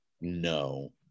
no